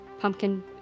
Pumpkin